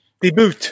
Debut